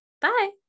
Bye